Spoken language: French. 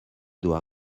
doit